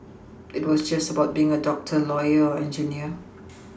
it was just about being a doctor lawyer or engineer